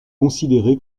considéré